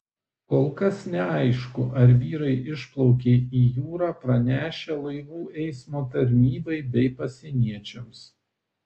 kol kas neaišku ar vyrai išplaukė į jūrą pranešę laivų eismo tarnybai bei pasieniečiams